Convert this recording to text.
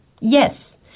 Yes